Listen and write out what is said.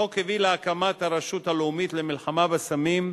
החוק הביא להקמת הרשות הלאומית למלחמה בסמים,